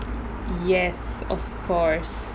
yes of course